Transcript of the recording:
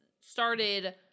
started